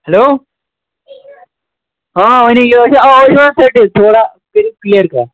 hello ہاں ؤنِو آواز یِوان ژٔٹِتھ تھوڑا کٔرِو کٕلیَر کَتھ